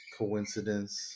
coincidence